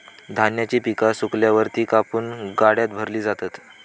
धान्याची पिका सुकल्यावर ती कापून गाड्यात भरली जातात